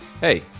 hey